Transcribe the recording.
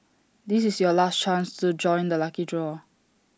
this is your last chance to join the lucky draw